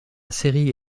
série